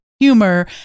humor